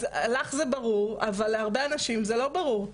אז לך זה ברור, אבל להרבה אנשים זה לא ברור.